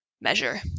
measure